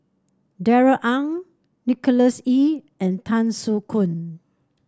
Darrell Ang Nicholas Ee and Tan Soo Khoon